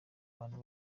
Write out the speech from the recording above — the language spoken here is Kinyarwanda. bantu